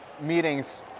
meetings